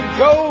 go